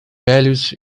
velhos